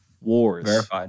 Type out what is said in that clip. wars